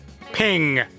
Ping